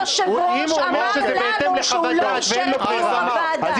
היושב-ראש אמר לנו שהוא לא אישר את קיום הוועדה.